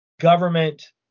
government